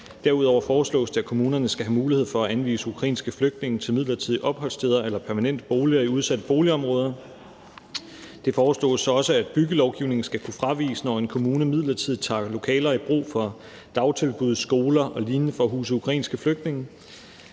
Derudover foreslås det, at kommunerne skal have mulighed for at anvise ukrainske flygtninge til midlertidige opholdssteder eller permanente boliger i udsatte boligområder. Det foreslås så også, at byggelovgivningen skal kunne fraviges, når en kommune midlertidigt tager lokaler i brug til dagtilbud, skoler og lignende for at huse ukrainske flygtninge.